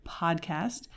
podcast